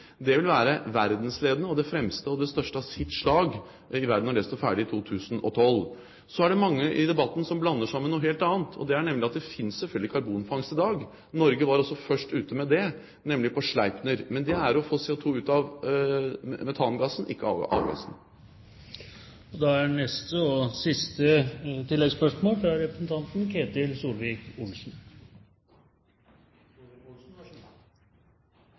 vil være verdensledende og det fremste og det største i sitt slag i verden når det står ferdig i 2012. Så er det mange i debatten som blander det sammen med noe helt annet, nemlig at det selvfølgelig finnes karbonfangst i dag. Norge var også først ute med det, nemlig på Sleipner. Men det er å få CO2 ut av metangassen, ikke av avgassen. Forklaringene til statsministeren henger ikke sammen – er